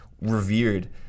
revered